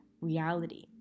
reality